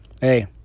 Hey